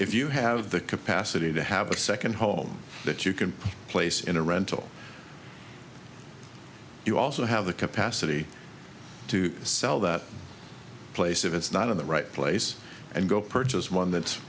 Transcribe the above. if you have the capacity to have a second home that you can place in a rental you also have the capacity to sell that place if it's not in the right place and go purchase one that's